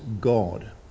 God